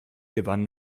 gewann